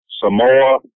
Samoa